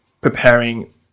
preparing